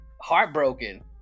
heartbroken